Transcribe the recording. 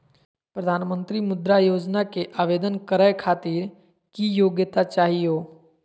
प्रधानमंत्री मुद्रा योजना के आवेदन करै खातिर की योग्यता चाहियो?